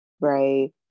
right